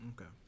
Okay